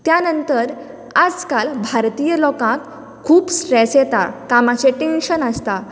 त्या नंतर आज काल भारतीय लोकांक खूब स्ट्रेस येता कामाचें टेंशन आसता